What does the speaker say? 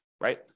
right